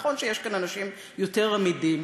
נכון שיש כאן אנשים יותר אמידים.